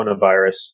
coronavirus